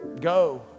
Go